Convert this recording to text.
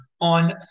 on